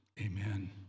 amen